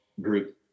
group